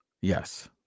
Yes